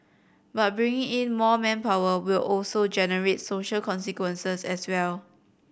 but bringing in more manpower will also generate social consequences as well